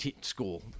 school